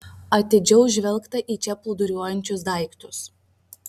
atidžiau žvelgta į čia plūduriuojančius daiktus